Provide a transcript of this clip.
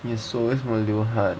你手为什么流汗